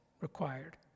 required